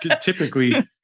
typically